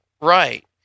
Right